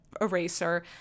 eraser